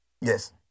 Yes